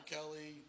Kelly